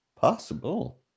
Possible